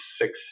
six